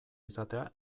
izatea